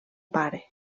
pare